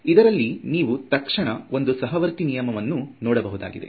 ಇದರಲ್ಲಿ ನೀವು ತಕ್ಷಣ ಒಂದು ಸಹವರ್ತಿ ನಿಯಮವನ್ನು ನೋಡಬಹುದಾಗಿದೆ